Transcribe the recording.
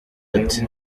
ati